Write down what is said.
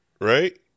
Right